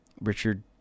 Richard